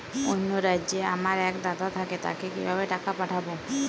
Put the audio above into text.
অন্য রাজ্যে আমার এক দাদা থাকে তাকে কিভাবে টাকা পাঠাবো?